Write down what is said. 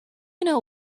know